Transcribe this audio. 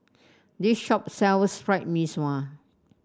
this shop sells Fried Mee Sua